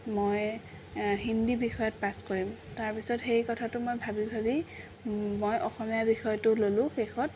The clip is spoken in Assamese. মই হিন্দী বিষয়ত পাছ কৰিম তাৰ পিছত সেই কথাটো মই ভাবি ভাবি মই অসমীয়া বিষয়টো ললোঁ শেষত